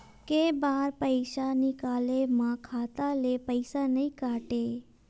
के बार पईसा निकले मा खाता ले पईसा नई काटे?